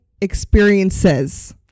experiences